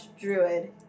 druid